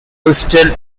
houston